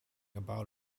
about